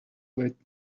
waiting